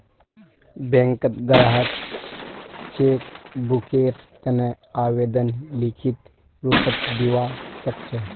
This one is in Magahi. बैंकत ग्राहक चेक बुकेर तने आवेदन लिखित रूपत दिवा सकछे